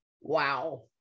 wow